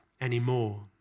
anymore